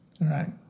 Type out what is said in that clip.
Right